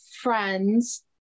friends